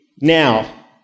now